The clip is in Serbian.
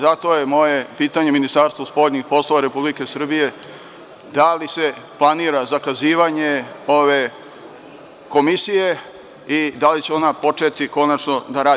Zato je moje pitanje Ministarstvu spoljnih poslova Republike Srbije da li se planira zakazivanje ove komisije i da li će ona početi konačno da radi?